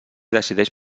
decideix